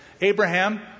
Abraham